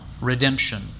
redemption